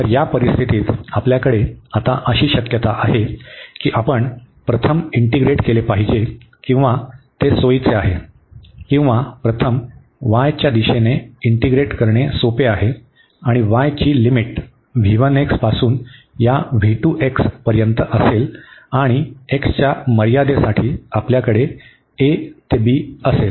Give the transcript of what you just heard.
तर या परिस्थितीत आपल्याकडे आता अशी शक्यता आहे की आपण प्रथम इंटीग्रेट केले पाहिजे किंवा ते सोयीचे आहे किंवा प्रथम y च्या दिशेने इंटीग्रेट करणे सोपे आहे आणि y ची लिमिट पासून या पर्यंत असेल आणि x च्या मर्यादेसाठी आपल्याकडे a to b असेल